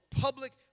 public